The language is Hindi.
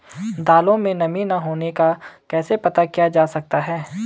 दालों में नमी न होने का कैसे पता किया जा सकता है?